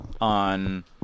on